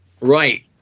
Right